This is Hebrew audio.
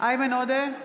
איימן עודה,